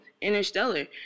Interstellar